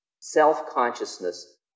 self-consciousness